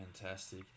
Fantastic